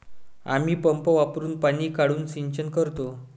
आम्ही पंप वापरुन पाणी काढून सिंचन करतो